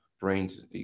brains